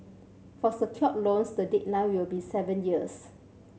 for secured loans the deadline will be seven years